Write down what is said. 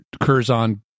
Curzon